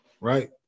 right